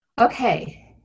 okay